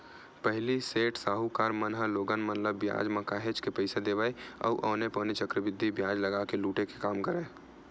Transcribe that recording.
पहिली सेठ, साहूकार मन ह लोगन मन ल बियाज म काहेच के पइसा देवय अउ औने पौने चक्रबृद्धि बियाज लगा के लुटे के काम करय